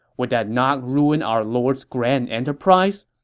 would that not ruin our lord's grand enterprise?